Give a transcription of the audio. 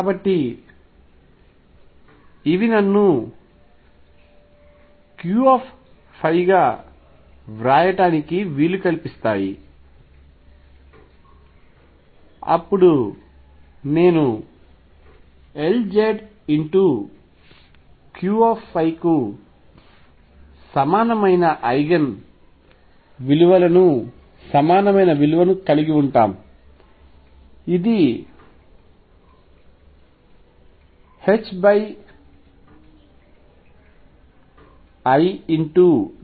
కాబట్టి ఇవి నన్నుQగా వ్రాయడానికి వీలు కల్పిస్తాయి అప్పుడు నేను Lz Q కు సమానమైన ఐగెన్ విలువకు సమానమైన విలువను కలిగి ఉంటాం